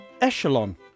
Echelon